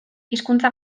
hizkuntza